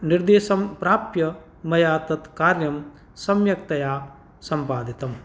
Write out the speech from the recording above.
निर्देशं प्राप्य मया तत् कार्यं सम्यक्तया सम्पादितम्